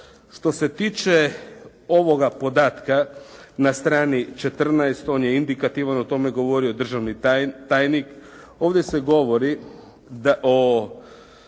Što se tiče ovoga podatka na strani 14. on je indikativan. O tome je govorio državni tajnik. Ovdje se govori o